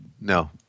No